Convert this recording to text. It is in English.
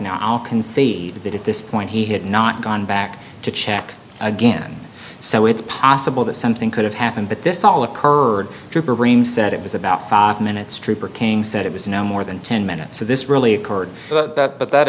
now i'll concede that at this point he had not gone back to check again so it's possible that something could have happened but this all occurred said it was about five minutes trooper king said it was no more than ten minutes so this really occurred but that